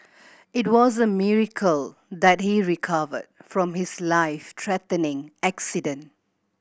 it was a miracle that he recovered from his life threatening accident